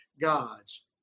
God's